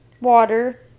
water